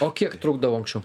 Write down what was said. o kiek trukdavo anksčiau